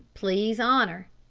please honour.